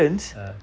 ah